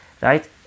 right